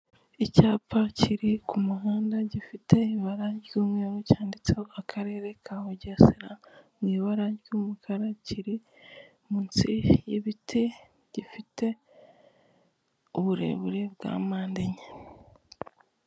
Icyapa kiri ku muhanda gifite ibara ry'umweru cyanditseho akarere ka Bugesera mu ibara ry'umukara, kiri munsi y'ibiti gifite uburebure bwa mpande enye.